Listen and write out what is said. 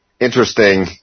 interesting